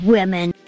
Women